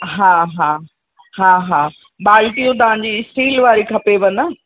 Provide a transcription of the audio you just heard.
हा हा हा हा बाल्टियूं तव्हांजी इस्टील वारी खपेव न